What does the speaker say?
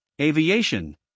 aviation